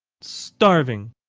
starving!